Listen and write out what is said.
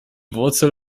wurzel